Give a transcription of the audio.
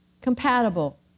Compatible